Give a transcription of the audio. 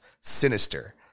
sinister